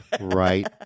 right